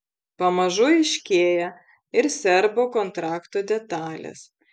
pamažu aiškėja ir serbo kontrakto detalės